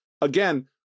again